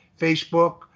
Facebook